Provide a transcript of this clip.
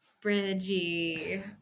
Bridgie